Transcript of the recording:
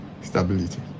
stability